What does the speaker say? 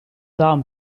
dame